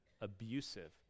abusive